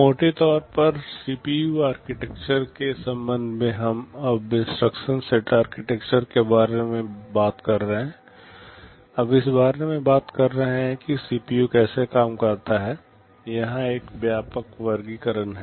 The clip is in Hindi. मोटे तौर पर सीपीयू आर्किटेक्चर के संबंध में हम अब तक इंस्ट्रक्शन सेट आर्किटेक्चर के बारे में बात कर रहे हैं अब इस बारे में बात कर रहे हैं कि सीपीयू कैसे काम करता है यहां एक व्यापक वर्गीकरण है